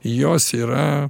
jos yra